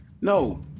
No